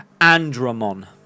Andromon